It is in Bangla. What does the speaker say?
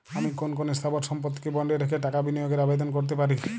আমি কোন কোন স্থাবর সম্পত্তিকে বন্ডে রেখে টাকা বিনিয়োগের আবেদন করতে পারি?